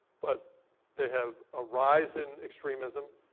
but they have a rise in extremism.